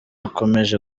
akomeje